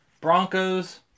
Broncos